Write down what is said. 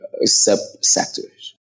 sub-sectors